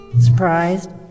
Surprised